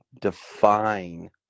define